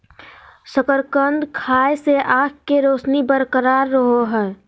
शकरकंद खाय से आंख के रोशनी बरकरार रहो हइ